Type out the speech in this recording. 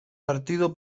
partido